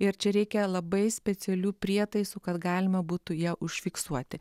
ir čia reikia labai specialių prietaisų kad galima būtų ją užfiksuoti